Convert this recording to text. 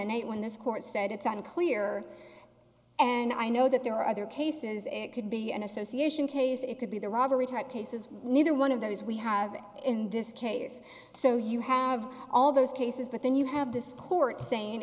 and eight when this court said it's unclear and i know that there are other cases it could be an association case it could be the robbery type cases neither one of those we have in this case so you have all those cases but then you have this court sa